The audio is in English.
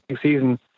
season